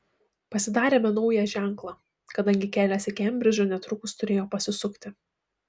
pasidarėme naują ženklą kadangi kelias į kembridžą netrukus turėjo pasisukti